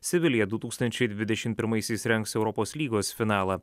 sevilija du tūkstančiai dvidešimt pirmaisiais rengs europos lygos finalą